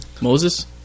Moses